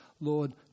Lord